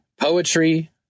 Poetry